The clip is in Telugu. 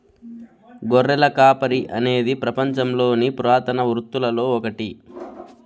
గొర్రెల కాపరి అనేది పపంచంలోని పురాతన వృత్తులలో ఒకటి